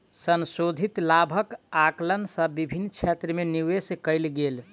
संशोधित लाभक आंकलन सँ विभिन्न क्षेत्र में निवेश कयल गेल